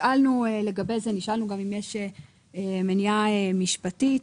לגבי זה נשאלנו אם יש מניעה משפטית.